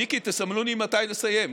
מיקי, תסמנו לי מתי לסיים.